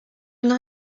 une